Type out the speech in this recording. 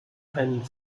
einen